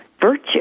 virtue